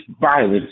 violence